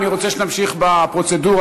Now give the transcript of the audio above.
אני רוצה שנמשיך בפרוצדורה.